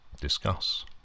discuss